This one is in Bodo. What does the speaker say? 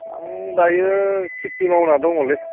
आं दायो खेति मावना दङलै